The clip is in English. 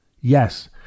yes